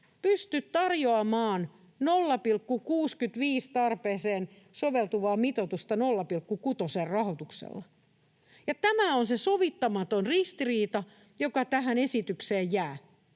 pysty tarjoamaan 0,65:n tarpeeseen soveltuvaa mitoitusta 0,6:n rahoituksella, ja tämä on se sovittamaton ristiriita, joka tähän esitykseen jää.